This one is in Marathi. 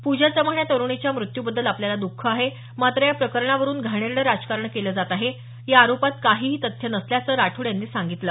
पूजा चव्हाण या तरुणीच्या मृत्यूबद्दल आपल्याला द्रख आहे मात्र या प्रकरणावरून घाणेरडं राजकारण केलं जात आहे या आरोपात काहीही तथ्य नसल्याचं राठोड यांनी सांगितलं